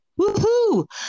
Woohoo